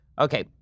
Okay